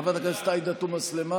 חברת הכנסת עאידה תומא סלימאן,